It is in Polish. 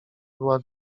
była